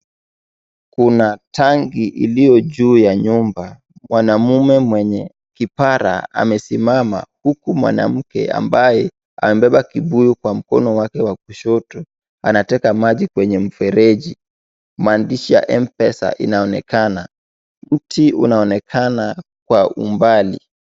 Kuna tanki iliyo juu ya nyumba , mwanamume mwenye kipara amesimama huku mwanamke ambaye amebeba kibuyu kwa mkono wake wa kushoto , anateka maji kwenye mfereji .Maandishi ya Mpesa inaonekana mti unaonekana kwa umbali.